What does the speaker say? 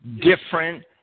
different